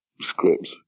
scripts